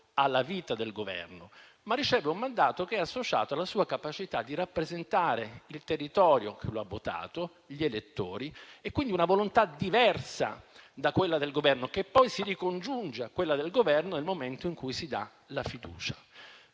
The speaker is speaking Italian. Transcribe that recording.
alla vita del Governo, ma riceve un mandato che è associato alla sua capacità di rappresentare il territorio che lo ha votato e gli elettori e quindi una volontà diversa da quella del Governo, che poi si ricongiunge a quella del Governo nel momento in cui si dà la fiducia.